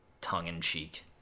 tongue-in-cheek